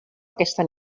aquesta